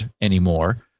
anymore